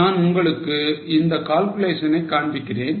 நான் உங்களுக்கு இந்த calculations ஐ காண்பிக்க போகிறேன்